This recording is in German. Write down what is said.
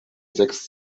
sechs